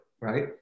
right